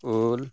ᱩᱞ